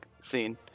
scene